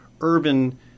urban